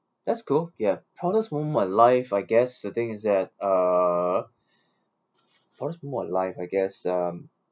that's cool ya honest moment of my life I guess the thing is at uh honest moment of my life I guess um